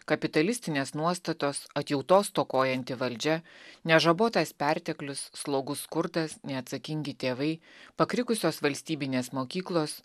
kapitalistinės nuostatos atjautos stokojanti valdžia nežabotas perteklius slogus skurdas neatsakingi tėvai pakrikusios valstybinės mokyklos